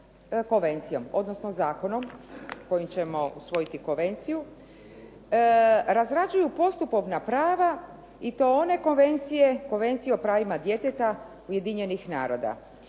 konvencijom odnosno zakonom kojim ćemo usvojiti konvenciju razrađuju postupovna prava i to one konvencije Konvencije o pravima djeteta Ujedinjenih naroda.